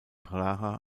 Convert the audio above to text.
praha